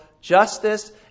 justice